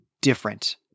different